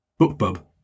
bookbub